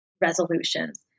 resolutions